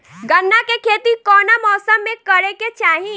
गन्ना के खेती कौना मौसम में करेके चाही?